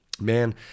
Man